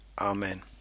Amen